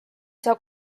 saa